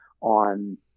on